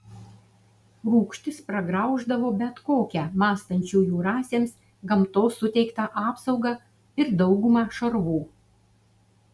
rūgštis pragrauždavo bet kokią mąstančiųjų rasėms gamtos suteiktą apsaugą ir daugumą šarvų